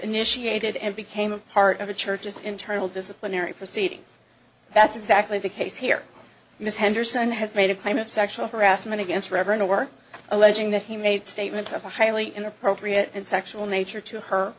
initiated and became part of the church's internal disciplinary proceedings that's exactly the case here miss henderson has made a claim of sexual harassment against reverend or alleging that he made statements of a highly inappropriate and sexual nature to her